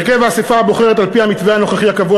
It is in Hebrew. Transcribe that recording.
הרכב האספה הבוחרת על-פי המתווה הנוכחי הקבוע